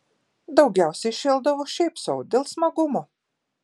daugiausiai šėldavo šiaip sau dėl smagumo